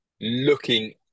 looking